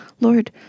Lord